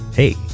Hey